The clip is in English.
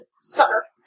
sucker